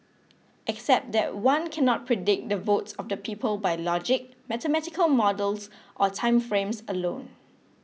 except that one cannot predict the votes of the people by logic mathematical models or time frames alone